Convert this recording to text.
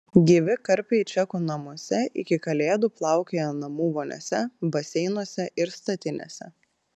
gyvi karpiai čekų namuose iki kalėdų plaukioja namų voniose baseinuose ir statinėse